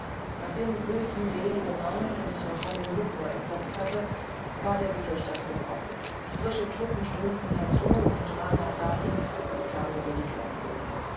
nachdem wilson delhi eingenommen hatte und sir coli lucknow befreite war der widerstand gebrochen neue truppen kamen ins land und nana sahib entschwand über die grenze